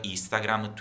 Instagram